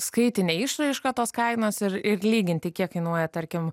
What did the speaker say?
skaitinę išraišką tos kainos ir ir lyginti kiek kainuoja tarkim